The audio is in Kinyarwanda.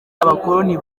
abakoloni